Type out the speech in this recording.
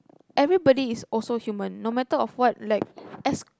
everybody is also human no matter of what like as